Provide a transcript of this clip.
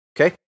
Okay